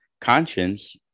conscience